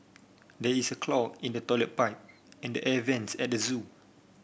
there is a clog in the toilet pipe and the air vents at the zoo